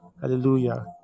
Hallelujah